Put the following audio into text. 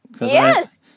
Yes